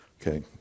Okay